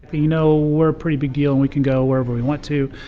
you know, we're a pretty big deal, and we can go wherever we want to,